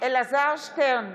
אלעזר שטרן,